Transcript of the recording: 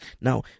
Now